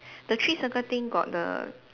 the three circle thing got the